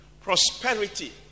prosperity